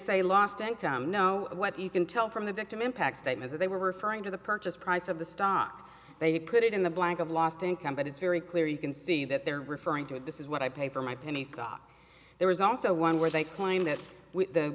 say lost income no what you can tell from the victim impact statement that they were referring to the purchase price of the stock they put it in the blank of lost income but it's very clear you can see that they're referring to it this is what i paid for my penny stock there was also one where they claimed that the